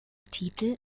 titel